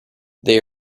they